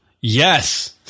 Yes